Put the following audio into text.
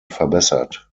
verbessert